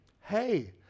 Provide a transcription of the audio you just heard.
Hey